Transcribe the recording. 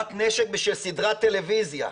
השתלת נשק בשביל סדרת טלוויזיה.